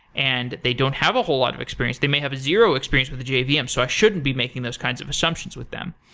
and they don't have a whole lot of experience. they may have zero experience with the jvm, um so i shouldn't be making those kinds of assumptions with them.